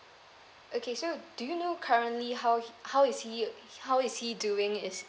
okay so do you know currently how he how is he how is he doing is